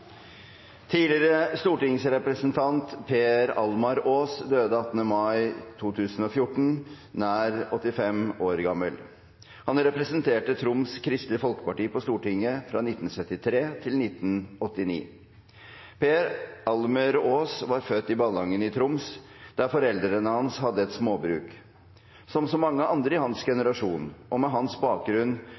Tidligere stortingsrepresentant Per Almar Aas døde 18. mai 2014, nær 85 år gammel. Han representerte Troms Kristelig Folkeparti på Stortinget fra 1973 til 1989. Per Almar Aas var født i Ballangen i Nordland, der foreldrene hans hadde et småbruk. Som så mange andre i hans generasjon og med hans bakgrunn